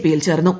പിയിൽ ചേർന്നു